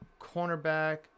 cornerback